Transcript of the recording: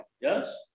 yes